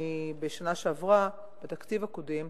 בשנה שעברה, בתקציב הקודם,